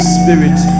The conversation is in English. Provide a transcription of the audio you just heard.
Spirit